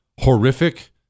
horrific